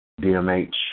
DMH